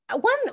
One